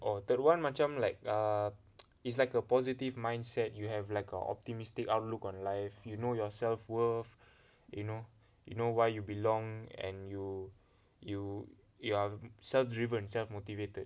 oh third one macam like err it's like a positive mindset you have like a optimistic outlook on life you know yourself worth you know you know why you belong and you you are self driven self motivated